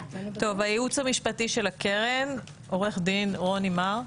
הייעוץ המשפטי של הקרן, עורך דין רוני מר.